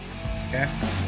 Okay